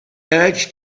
urge